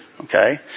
okay